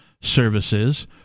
services